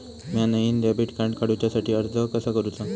म्या नईन debit card काडुच्या साठी अर्ज कसा करूचा?